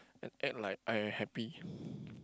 and act like I am happy